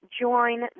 join